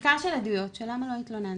מחקר של עדויות של 'למה לא התלוננתי'